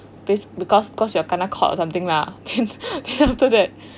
based because cause you are kena caught something lah and and after that